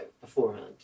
beforehand